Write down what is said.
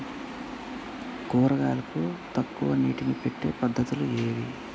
కూరగాయలకు తక్కువ నీటిని పెట్టే పద్దతులు ఏవి?